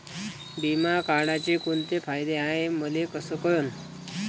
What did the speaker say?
बिमा काढाचे कोंते फायदे हाय मले कस कळन?